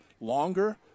longer